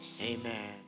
Amen